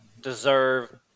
deserve